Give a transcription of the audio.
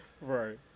Right